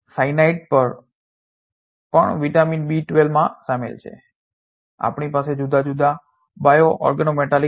અમારી પાસે આ જુદા જુદા બાયો ઓર્ગોમેટાલિક પણ છે જેમ કે તમને નિકલ આયર્ન હાઇડ્રોજનસની જરૂર છે આયર્ન હાઇડ્રોજન અને આયર્ન જુદા જુદા અન્ય હાઇડ્રોજનિસ પણ હાજર છે